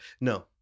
no